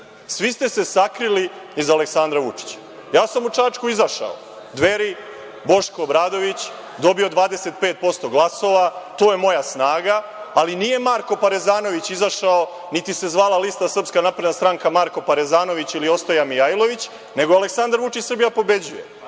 Svi ste se sakrili iza Aleksandra Vučića. Ja sam u Čačku izašao, „Dveri – Boško Obradović“ dobio 25% glasova. To je moja snaga, ali nije Marko Parezanović izašao, niti se zvala lista Srpska napredna stranka – Marko Parezanović ili Ostoja Mijajlović, nego „Aleksandar Vučić – Srbija pobeđuje“,